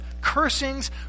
cursings